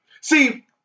See